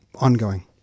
ongoing